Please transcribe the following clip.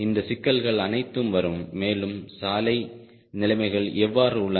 இந்த சிக்கல்கள் அனைத்தும் வரும் மேலும் சாலை நிலைமைகள் எவ்வாறு உள்ளன